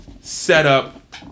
setup